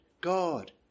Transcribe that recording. God